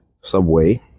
subway